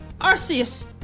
Arceus